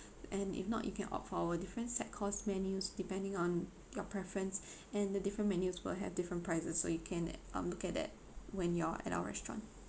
and if not you can of our different set course menus depending on your preference and the different menus will have different prices so you can um look at it when you're at our restaurant